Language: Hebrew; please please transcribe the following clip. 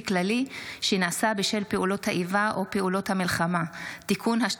כללי שנעשה בשל פעולות האיבה ופעולות המלחמה) (תיקון),